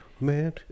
Man